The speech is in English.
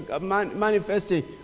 manifesting